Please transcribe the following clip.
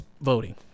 voting